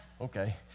Okay